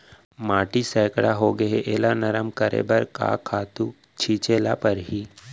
माटी सैकड़ा होगे है एला नरम करे बर का खातू छिंचे ल परहि?